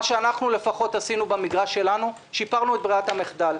מה שעשינו במגרש שלנו, שיפרנו את ברירת המחדל.